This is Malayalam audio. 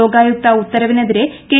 ലോകായുക്ത ഉത്തരവിനെതിരെ കെ